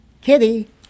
Kitty